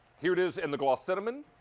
here it is in the gloss cinnamon.